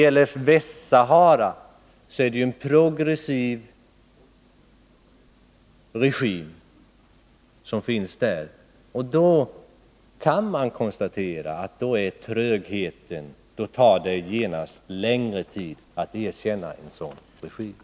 I Västsahara är det fråga om en progressiv regim, och då går det trögt — det tar genast längre tid att erkänna en sådan regim.